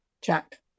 Check